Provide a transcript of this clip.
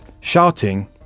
shouting